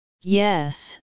yes